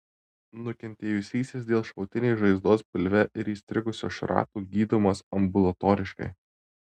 nukentėjusysis dėl šautinės žaizdos pilve ir įstrigusio šrato gydomas ambulatoriškai